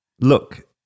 look